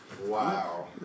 Wow